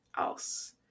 else